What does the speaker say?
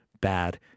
bad